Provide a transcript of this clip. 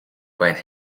байна